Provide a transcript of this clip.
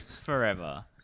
Forever